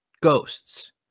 ghosts